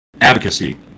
advocacy